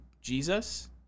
Jesus